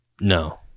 no